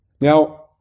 Now